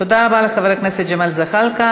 תודה רבה לחבר הכנסת ג'מאל זחאלקה.